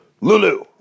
Lulu